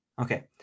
Okay